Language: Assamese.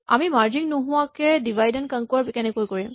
আমি মাৰ্জিং নোহোৱাকে ডিভাইড এন্ড কনকোৱাৰ কেনেকে কৰিম